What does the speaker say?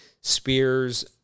spears